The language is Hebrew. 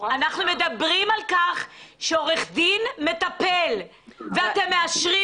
אנחנו מדברים על כך שעורך דין מטפל ואתם מאשרים